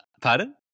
Pardon